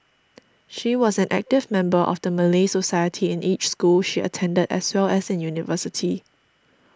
she was an active member of the Malay Society in each school she attended as well as in university